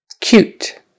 Cute